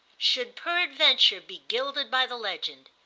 should peradventure be gilded by the legend,